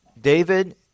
David